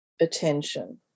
attention